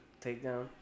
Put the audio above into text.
takedown